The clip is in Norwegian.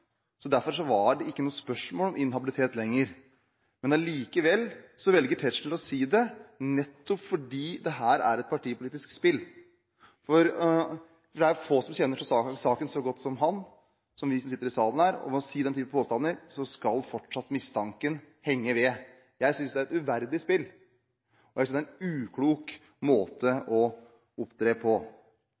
så godt som ham, som vi som sitter i salen her, og med å komme med den type påstander skal fortsatt mistanken henge ved. Jeg synes det er et uverdig spill, og jeg synes det er en uklok måte å opptre på.